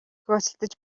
хөөцөлдөж